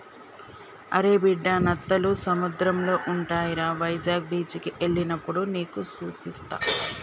అరే బిడ్డా నత్తలు సముద్రంలో ఉంటాయిరా వైజాగ్ బీచికి ఎల్లినప్పుడు నీకు సూపిస్తా